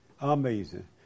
Amazing